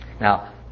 now